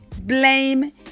blame